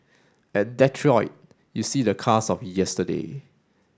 at Detroit you see the cars of yesterday